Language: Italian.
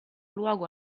luogo